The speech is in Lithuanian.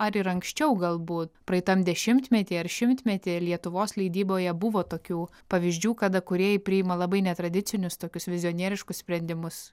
ar ir anksčiau galbū praeitam dešimtmety ar šimtmety lietuvos leidyboje buvo tokių pavyzdžių kada kūrėjai priima labai netradicinius tokius vizionieriškus sprendimus